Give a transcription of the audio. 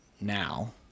now